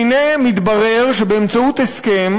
והנה מתברר שבאמצעות הסכם,